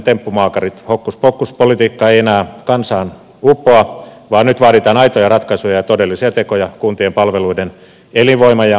hokkuspokkuspolitiikka ei enää kansaan uppoa vaan nyt vaaditaan aitoja ratkaisuja ja todellisia tekoja kuntien palveluiden elinvoiman ja demokratian turvaamiseksi